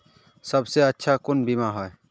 सबसे अच्छा कुन बिमा होय?